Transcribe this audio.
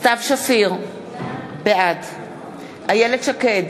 סתיו שפיר, בעד איילת שקד,